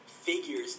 figures